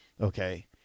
Okay